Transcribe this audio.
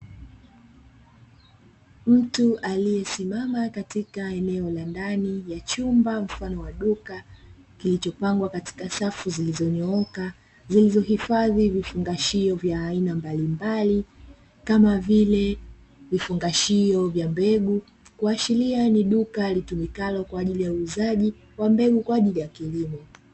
Mtu aliyesimama katika eneo la ndani ya chumba mfano wa duka, kilichopangwa katika safu zilizonyooka zilizohifadhi vifungashio vya aina mbalimbali kama vile vifungashio vya mbegu, kuashiria ni duka litumikalo kwa ajili ya uuzaji wa mbegu kwa ajili ya kilimo.